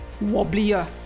wobblier